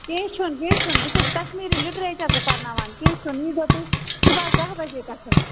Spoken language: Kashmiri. کیٚنہہ چھُنہٕ کیٚنہہ چھُنہٕ بہٕ چھَس کَشمیٖری لِٹریچر تہِ پَرناوان کیٚنہہ چھُنہٕ یی زیو تُہۍ صبُحس دہ بَجے پٮ۪ٹھٕے